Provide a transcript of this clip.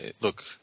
look